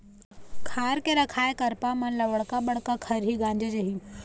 खार के रखाए करपा मन ल बड़का बड़का खरही गांजे जाही